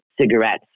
cigarettes